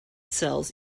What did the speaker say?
cells